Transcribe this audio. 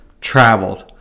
traveled